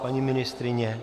Paní ministryně?